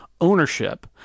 ownership